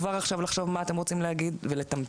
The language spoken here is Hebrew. כבר עכשיו לחשוב מה אתם רוצים להגיד ולתמצת.